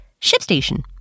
Shipstation